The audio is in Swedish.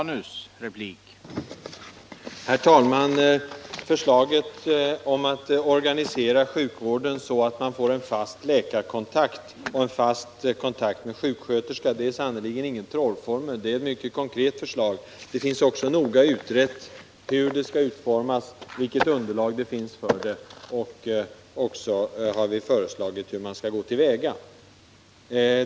Herr talman! Förslaget att organisera sjukvården så att man får en fast läkarkontakt och en fast kontakt med sjuksköterska är sannerligen ingen trollformel — det är ett mycket konkret förslag. Det finns också noga utrett hur det skall utformas, vilket underlag det finns för det och hur man skall gå till väga.